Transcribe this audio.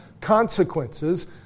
consequences